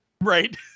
Right